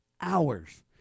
hours